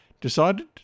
decided